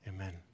amen